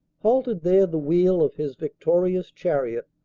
halted there the wheel of his victorious chariot,